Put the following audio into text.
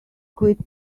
quit